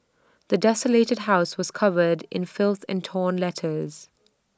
the desolated house was covered in filth and torn letters